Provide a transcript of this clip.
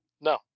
No